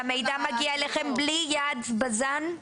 שהמידע מגיע אליכם בלי יד בז"ן?